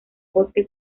bosque